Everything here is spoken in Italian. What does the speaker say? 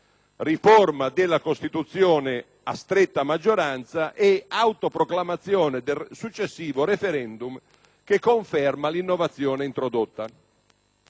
riforma della Costituzione a stretta maggioranza e autoproclamazione del successivo *referendum* che conferma l'innovazione introdotta.